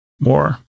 more